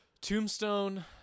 Tombstone